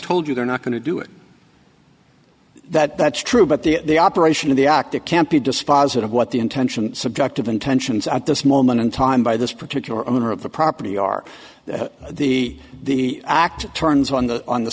told you they're not going to do it that that's true but the operation of the act it can't be dispositive what the intention subjective intentions at this moment in time by this particular owner of the property are that the the act turns on the on the